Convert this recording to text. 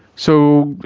so,